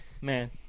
Man